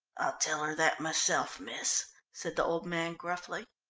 tell her that myself, miss, said the old man gruffly.